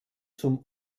zum